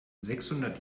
sechshundert